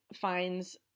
finds